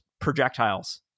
projectiles